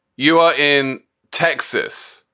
you are in texas.